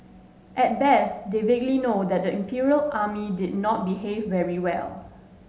at best they vaguely know that the Imperial Army did not behave very well